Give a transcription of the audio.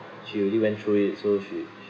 she already went through it so she